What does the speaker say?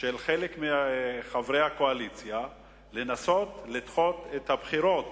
של חלק מחברי הקואליציה לנסות לדחות את הבחירות